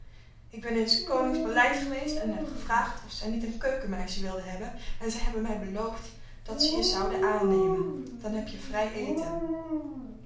ik ben in s konings paleis geweest en heb gevraagd of zij niet een keukenmeisje wilden hebben en zij hebben mij beloofd dat ze je zouden aannemen dan heb je vrij eten